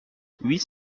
huit